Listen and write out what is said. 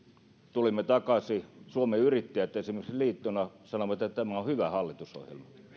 tulimme takaisin niin suomen yrittäjät esimerkiksi liittona sanoi että tämä on hyvä hallitusohjelma